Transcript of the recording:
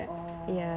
oh